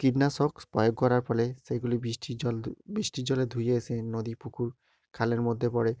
কীটনাশক প্রয়োগ করার ফলে সেইগুলি বৃষ্টির জল ধু বৃষ্টির জলে ধুয়ে এসে নদী পুকুর খালের মধ্যে পড়ে